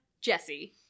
Jesse